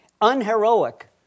unheroic